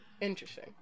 Interesting